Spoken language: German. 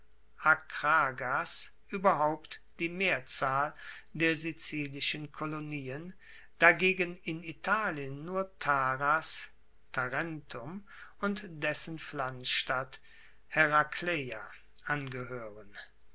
akragas ueberhaupt die mehrzahl der sizilischen kolonien dagegen in italien nur taras tarentum und dessen pflanzstadt herakleia angehoeren